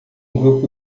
grupo